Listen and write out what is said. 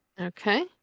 Okay